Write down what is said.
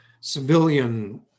civilian